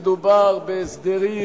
מדובר בהסדרים